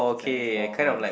twenty four points